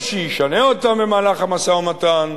או שישנה אותן במהלך המשא-ומתן,